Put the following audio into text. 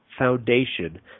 foundation